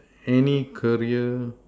any career